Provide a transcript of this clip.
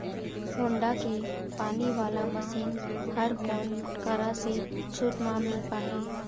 Honda के पानी वाला मशीन हर कोन करा से छूट म मिल पाही?